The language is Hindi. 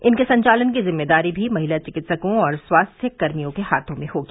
इनके संचालन की जिम्मेदारी भी महिला चिकित्सकों और स्वास्थ्यकर्मियों के हाथों में होगी